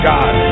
God